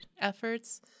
efforts